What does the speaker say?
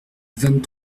vingt